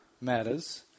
matters